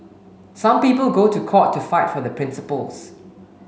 some people go to court to fight for their principles